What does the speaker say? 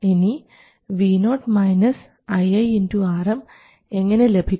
ഇനി Vo ii Rm എങ്ങനെ ലഭിക്കും